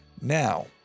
Now